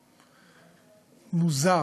היה מאוד מאוד מוזר,